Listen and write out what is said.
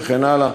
וכן הלאה.